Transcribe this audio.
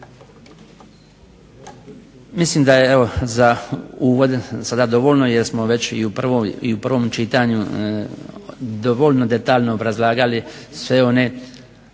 Mislim da je za uvod sada dovoljno jer smo već i u prvom čitanju dovoljno detaljno obrazlagali sve one